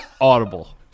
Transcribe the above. Audible